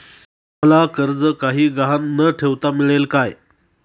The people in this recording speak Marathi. मला कर्ज काही गहाण न ठेवता मिळेल काय?